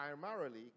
primarily